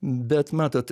bet matot